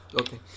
Okay